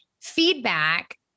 feedback